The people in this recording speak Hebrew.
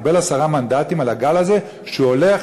קיבל עשרה מנדטים על הגל הזה שהוא הולך